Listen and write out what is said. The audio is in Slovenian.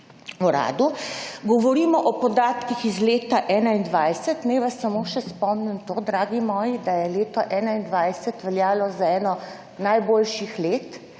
Govorimo o podatkih iz leta 2021. Naj vas samo še spomnim to, dragi moji, da je leto 2021 veljalo za eno najboljših let